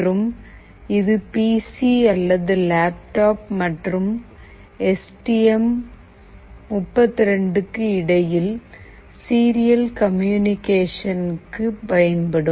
மற்றும் இது P C அல்லது லேப்டாப் மற்றும் எஸ் டி எம் 32 க்கு இடையில் சீரியல் கம்யூனிகேஷனுக்கு பயன்படும்